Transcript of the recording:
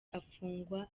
afungwa